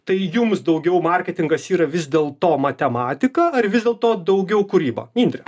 tai jums daugiau marketingas yra vis dėl to matematika ar vis dėlto daugiau kūryba indrę